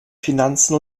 finanzen